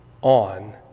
on